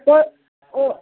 तऽ ओ